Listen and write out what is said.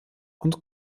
und